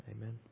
Amen